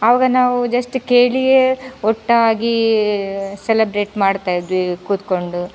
ಆವಾಗ ನಾವು ಜಸ್ಟ್ ಕೇಳಿಯೇ ಒಟ್ಟಾಗಿ ಸೆಲೆಬ್ರೇಟ್ ಮಾಡ್ತಾ ಇದ್ವಿ ಕೂತ್ಕೊಂಡು